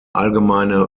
allgemeine